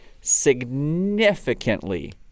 significantly